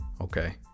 okay